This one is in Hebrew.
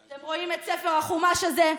אתם רואים את ספר החומש הזה,